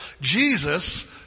Jesus